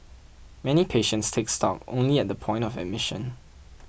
many patients take stock only at the point of admission